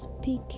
Speak